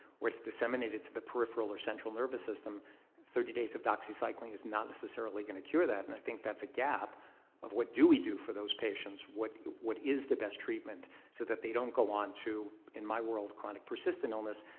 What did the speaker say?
where it's disseminated to the peripheral or central nervous system thirty days of doxycycline is not necessarily going to cure that and i think that's a gap of, what do we do for those patients? what what is the best treatment so that they don't go on to, in my world, chronic persistent illness?